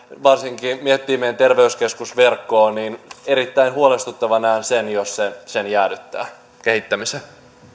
varsinkin kun miettii meidän terveyskeskusverkkoamme näen erittäin huolestuttavana sen jos sen kehittämisen